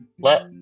let